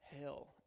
hell